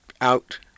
out